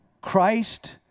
Christ